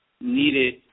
needed